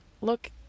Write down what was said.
look